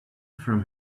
from